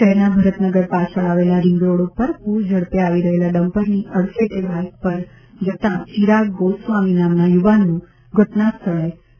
શહેરના ભરતનગર પાછળ આવેલા રીંગ રોડ ઉપર પૂરઝડપે આવી રહેલા ડમ્પરની અડફેટે બાઈક ઉપર જતાં ચિરાગ ગોસ્વામી નામના યુવાનનું ઘટના સ્થળે મોત નિપજ્યું હતું